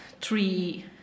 three